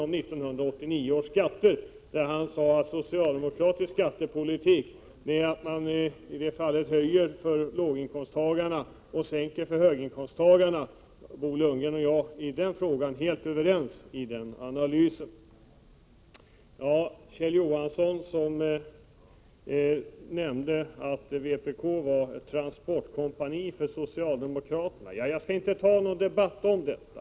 Bo Lundgren sade att socialdemokratisk skattepolitik innebär att man höjer skatten för låginkomsttagarna och sänker den för höginkomsttagarna. Om denna analys är Bo Lundgren och jag helt överens. Kjell Johansson menade att vpk var ett transportkompani för socialdemokraterna. Jag skall inte dra i gång någon debatt om detta.